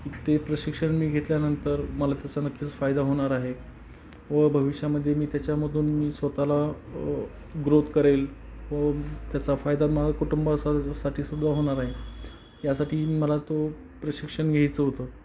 ते प्रशिक्षण मी घेतल्यानंतर मला त्याचा नक्कीच फायदा होणार आहे व भविष्यामध्ये मी त्याच्यामधून मी स्वत ला ग्रोथ करेल व त्याचा फायदा मला कुटुंबासाठी सुद्धा होणार आहे यासाठी मला तो प्रशिक्षण घ्यायचं होतं